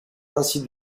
ainsi